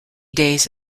days